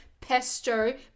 pesto